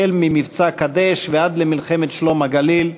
החל ממבצע "קדש" ועד למלחמת "שלום הגליל",